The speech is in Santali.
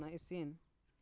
ᱚᱱᱟ ᱤᱥᱤᱱ